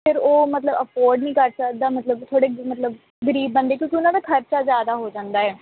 ਫਿਰ ਉਹ ਮਤਲਬ ਅਫੋਡ ਨਹੀਂ ਕਰ ਸਕਦਾ ਮਤਲਬ ਥੋੜ੍ਹੇ ਮਤਲਬ ਗਰੀਬ ਬੰਦੇ ਕਿਉਂਕਿ ਉਹਨਾਂ ਦਾ ਖਰਚਾ ਜ਼ਿਆਦਾ ਹੋ ਜਾਂਦਾ ਹੈ